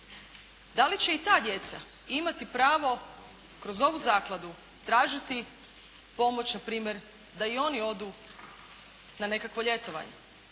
Da li će i ta djeca imati pravo kroz ovu zakladu tražiti pomoć, na primjer, da i oni odu na nekakvo ljetovanje?